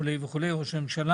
נראה לי מחוסר כל